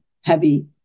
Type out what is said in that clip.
heavy